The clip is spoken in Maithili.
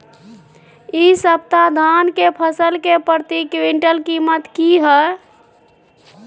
इ सप्ताह धान के फसल के प्रति क्विंटल कीमत की हय?